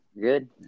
Good